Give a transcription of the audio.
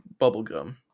bubblegum